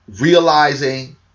realizing